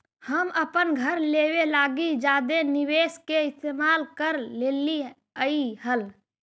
हम अपन घर लेबे लागी जादे निवेश के इस्तेमाल कर लेलीअई हल